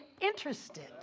interested